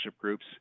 groups